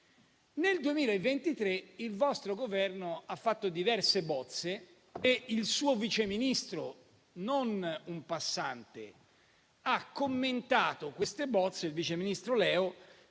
Nel 2023 il vostro Governo ha fatto diverse bozze e il suo vice ministro, Leo, non un passante, ha commentato queste bozze gettando nel